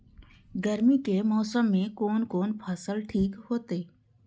गर्मी के मौसम में कोन कोन फसल ठीक होते?